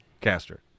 Caster